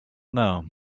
know